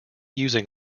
using